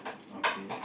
okay